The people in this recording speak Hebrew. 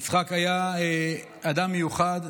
יצחק היה אדם מיוחד.